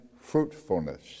fruitfulness